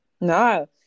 No